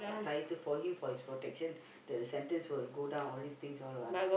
tighter for him for his protection that the sentence will go down all this thing all lah